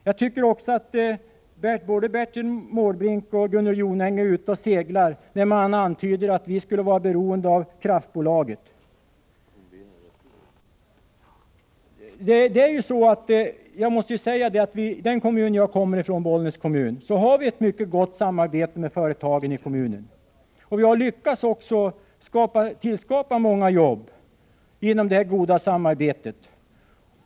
Jag tycker att både Bertil Måbrink och Gunnel Jonäng är ute och seglar när de antyder att vi skulle vara beroende av kraftbolaget. Jag måste säga att vi i den kommun som jag kommer ifrån, Bollnäs kommun, har ett mycket gott samarbete med företagen i kommunen. Vi har också lyckats att tillskapa många jobb tack vare det goda samarbetet.